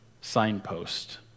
signpost